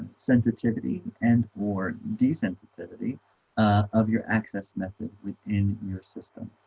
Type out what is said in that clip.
sensitivity and for desensitivity of your access method within your system